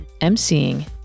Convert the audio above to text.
emceeing